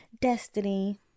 destiny